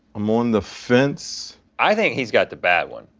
i'm on the fence. i think he's got the bad one.